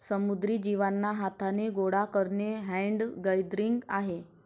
समुद्री जीवांना हाथाने गोडा करणे हैंड गैदरिंग आहे